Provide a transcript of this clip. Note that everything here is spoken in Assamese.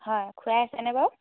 হয় খুৱাই আছেনে বাৰু